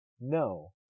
No